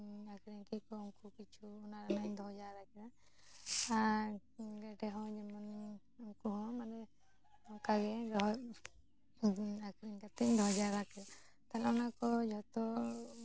ᱟᱹᱠᱷᱨᱤᱧ ᱠᱮᱫ ᱠᱚᱣᱟ ᱩᱱᱠᱩ ᱠᱤᱪᱷᱩ ᱚᱱᱟ ᱨᱮᱱᱟᱜ ᱤᱧ ᱫᱚᱦᱚ ᱡᱟᱣᱨᱟ ᱠᱮᱫᱟ ᱟᱨ ᱜᱮᱰᱮ ᱦᱚᱸ ᱡᱮᱢᱚᱱ ᱩᱱᱠᱩ ᱦᱚᱸ ᱢᱟᱱᱮ ᱱᱚᱝᱠᱟᱜᱮ ᱫᱚᱦᱚ ᱟᱹᱠᱷᱨᱤᱧ ᱠᱟᱛᱮᱜ ᱤᱧ ᱫᱚᱦᱚ ᱡᱟᱣᱨᱟ ᱠᱮᱫ ᱛᱟᱦᱚᱞᱮ ᱚᱱᱟᱜᱮ ᱡᱷᱚᱛᱚ